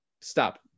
Stop